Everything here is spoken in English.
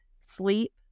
sleep